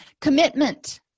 Commitment